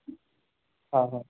हा हा